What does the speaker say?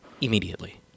immediately